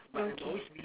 okay